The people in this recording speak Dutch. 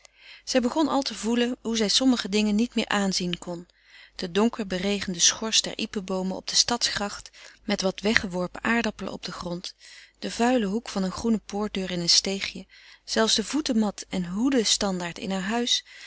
zij begon al te voelen hoe zij sommige dingen niet meer aanzien kon de donkerberégende schors der iepenboomen op de stadsgracht met wat weggeworpen aardappelen op den grond de vuile hoek van een groene poortdeur in een steegje zelfs de voetenmat en hoedenstandaard in haar huis